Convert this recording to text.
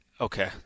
Okay